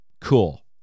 cool